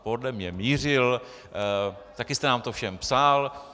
Podle mne mířil, taky jste nám to všem psal.